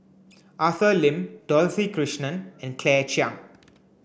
Arthur Lim Dorothy Krishnan and Claire Chiang